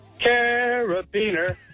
Carabiner